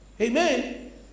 Amen